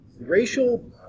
Racial